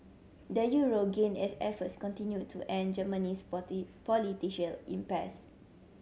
the euro gained as efforts continued to end Germany's impasse